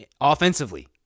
offensively